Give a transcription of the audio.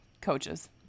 coaches